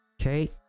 Okay